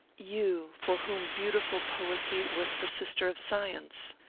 you, for whom beautiful poesy was the sister of science,